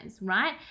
right